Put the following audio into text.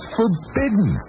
forbidden